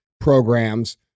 programs